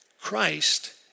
Christ